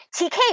TK